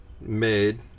made